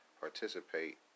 participate